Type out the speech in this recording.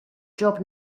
job